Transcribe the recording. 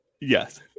yes